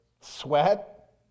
Sweat